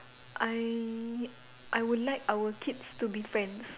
I I would like our kids to be friends